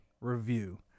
review